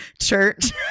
church